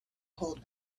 hold